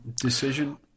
decision